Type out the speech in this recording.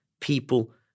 people